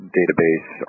database